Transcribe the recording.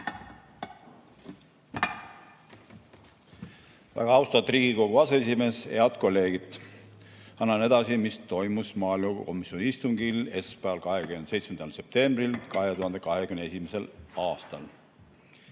Väga austatud Riigikogu aseesimees! Head kolleegid! Annan edasi, mis toimus maaelukomisjoni istungil esmaspäeval, 27. septembril 2021. aastal.